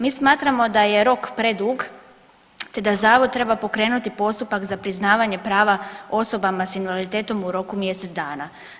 Mi smatramo da je rok predug, te da zavod treba pokrenuti postupak za priznavanje prava osobama sa invaliditetom u roku mjesec dana.